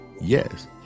Yes